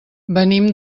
venim